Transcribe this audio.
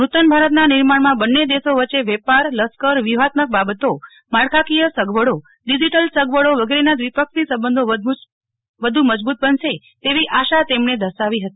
નૂતન ભારતના નિર્માણમાં બંને દેશો વચ્ચે વેપાર લશ્કર વ્યૂહાત્મક બાબતો માળખાંકીય સગવડો ડીજીટલ સગવડો વગેરેના દ્વિપક્ષી સંબંધો વધુ મજબૂત બનશે તેવી આશા તેમણે દર્શાવી હતી